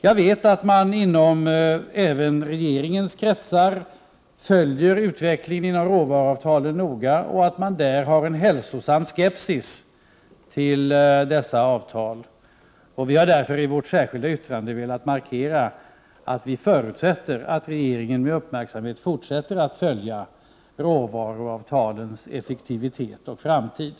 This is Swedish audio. Jag vet att man även inom regeringens kretsar följer utvecklingen när det gäller råvaruavtalen noga och att man där har en hälsosam skepsis till dessa avtal. Vi har därför i vårt särskilda yttrande velat markera att vi förutsätter att regeringen med uppmärksamhet fortsätter att följa råvaruavtalens Prot. 1988/89:45 effektivitet och framtid.